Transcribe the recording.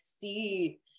see